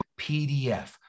PDF